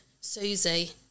Susie